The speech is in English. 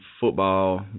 football